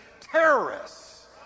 terrorists